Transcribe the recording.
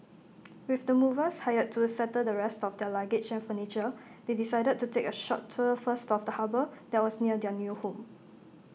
with the movers hired to settle the rest of their luggage and furniture they decided to take A short tour first of the harbour that was near their new home